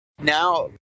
now